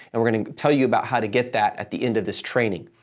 and we're going to tell you about how to get that at the end of this training.